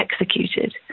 executed